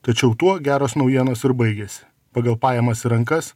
tačiau tuo geros naujienos ir baigiasi pagal pajamas į rankas